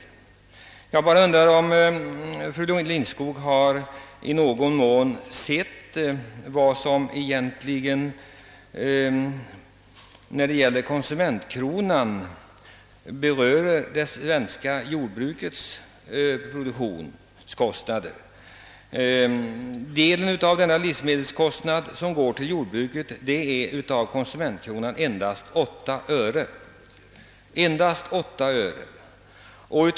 Jag bara undrar om fru Lindskog har sett hur stor del av konsumentkronan som utgör ersättning till det svenska jordbruket för dess produktionskostnader. Det är endast 8 öre.